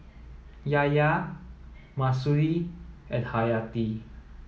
Yahya Mahsuri and Haryati